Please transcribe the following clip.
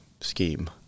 scheme